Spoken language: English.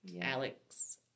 Alex